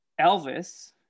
Elvis